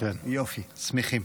יופי, שמחים.